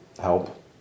help